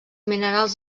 minerals